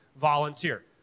volunteer